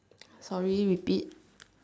sorry repeat